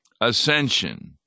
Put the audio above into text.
ascension